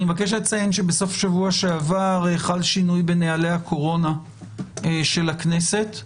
אני מבקש לציין שבסוף השבוע שעבר חל שינוי בנוהלי הקורונה של הכנסת,